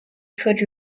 could